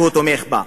שהוא תומך בה.